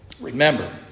Remember